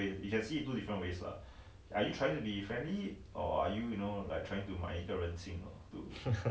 hideous